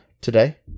today